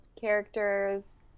characters